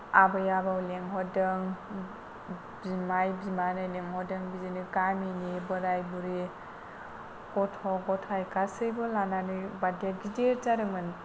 आबै आबौ लेंहरदों बिमाय बिमानै लेंहरदों बिदिनो गामिनि बोराय बुरि गथ' गथाय गासैबो लानानै बार्टडेया गिदिर जादोंमोन